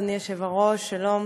אדוני היושב-ראש, שלום